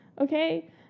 okay